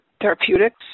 Therapeutics